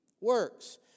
Works